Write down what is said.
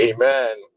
Amen